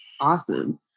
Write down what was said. awesome